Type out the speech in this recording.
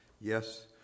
Yes